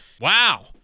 Wow